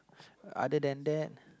other than that